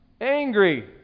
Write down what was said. angry